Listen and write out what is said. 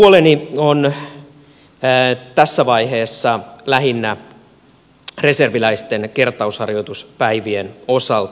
mutta huoleni on tässä vaiheessa lähinnä reserviläisten kertausharjoituspäivien osalta